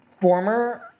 former